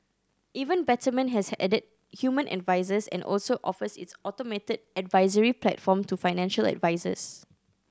even Betterment has added human advisers and also offers its automated advisory platform to financial advisers